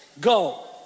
Go